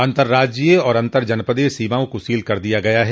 अतंर्राज्यीय तथा अन्तर जनपदीय सीमाओं को सील कर दिया गया है